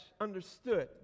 understood